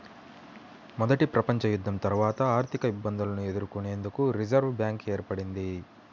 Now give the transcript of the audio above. మొదటి ప్రపంచయుద్ధం తర్వాత ఆర్థికఇబ్బందులను ఎదుర్కొనేందుకు రిజర్వ్ బ్యాంక్ ఏర్పడ్డది